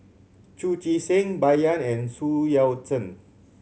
Chu Chee Seng Bai Yan and Su Yao Zhen